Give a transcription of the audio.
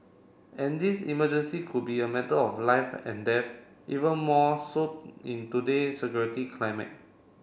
and this emergency could be a matter of life and death even more so in today security climate